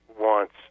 wants